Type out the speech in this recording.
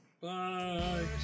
Bye